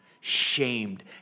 shamed